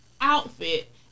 outfit